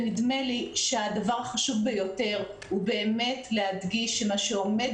נדמה לי שהדבר החשוב ביותר הוא באמת להדגיש שמה שעומד